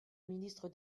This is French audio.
ministre